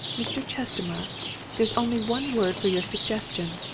mr. chestermarke there's only one word for your suggestion.